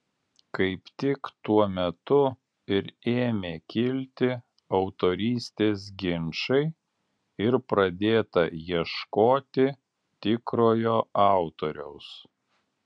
kaip tik tuo metu ir ėmė kilti autorystės ginčai ir pradėta ieškoti tikrojo autoriaus